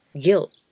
Guilt